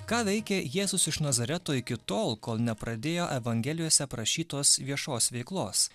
ką veikė jėzus iš nazareto iki tol kol nepradėjo evangelijose aprašytos viešos veiklos